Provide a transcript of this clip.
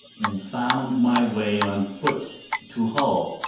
and found my way on foot to hull,